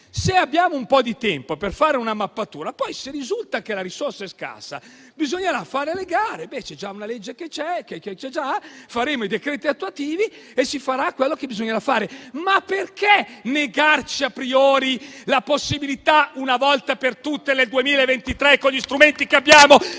se abbiamo un po' di tempo per fare una mappatura, poi se risulta che la risorsa è scarsa bisognerà fare le gare; c'è già una legge, vareremo i decreti attuativi e si farà quanto necessario. Perché negarci a priori la possibilità, una volta per tutte nel 2023, con gli strumenti che abbiamo,